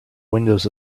windows